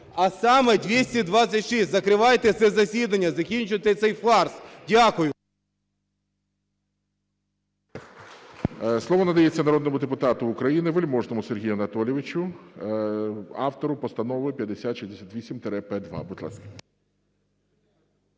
А саме: 226. Закривайте це засідання! Закінчуйте цей фарс! Дякую.